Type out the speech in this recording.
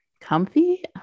comfy